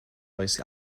oes